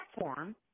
platform